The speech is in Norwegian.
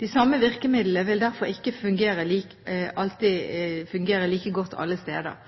De samme virkemidlene vil derfor ikke alltid fungere like godt alle steder.